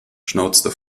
schnauzte